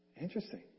Interesting